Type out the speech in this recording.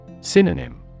Synonym